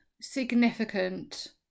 significant